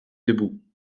debout